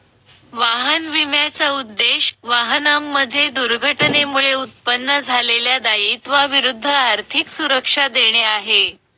वाहन विम्याचा उद्देश, वाहनांमध्ये दुर्घटनेमुळे उत्पन्न झालेल्या दायित्वा विरुद्ध आर्थिक सुरक्षा देणे आहे